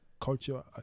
culture